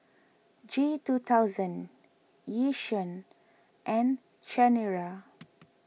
G two thousand Yishion and Chanira